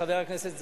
חברי חברי הכנסת,